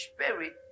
Spirit